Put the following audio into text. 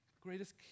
greatest